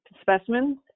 specimens